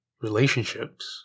relationships